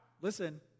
Listen